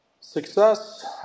Success